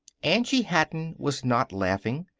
angie hatton was not laughing.